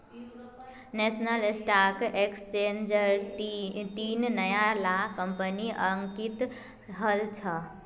national stock एक्सचेंजट तीन नया ला कंपनि अंकित हल छ